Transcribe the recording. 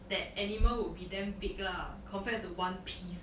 that animal will be damn big lah compared to one piece